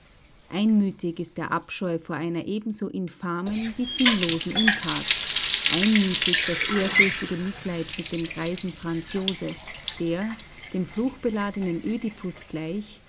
einmütig ist der abscheu vor einer ebenso infamen wie sinnlosen untat einmütig das ehrfürchtige mitleid mit dem greisen franz joseph der dem fluchbeladenen ödipus gleich